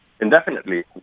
indefinitely